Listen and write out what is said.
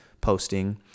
posting